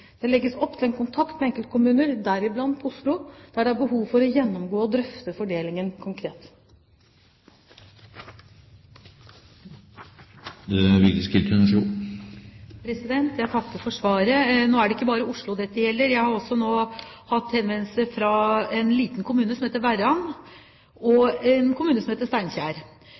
Det legges opp til kontakt med enkeltkommuner, deriblant Oslo, der det er behov for å gjennomgå og drøfte fordelingen konkret. Jeg takker for svaret. Nå er det ikke bare Oslo dette gjelder. Jeg har også hatt henvendelser fra en liten kommune som heter Verran, og en kommune som heter